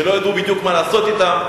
כשלא ידעו בדיוק מה לעשות אתם.